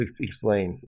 Explain